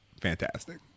fantastic